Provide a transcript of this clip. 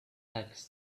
tax